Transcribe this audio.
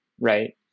right